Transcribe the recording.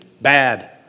bad